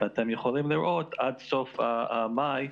אתם יכולים לראות מסוף מאי,